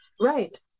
Right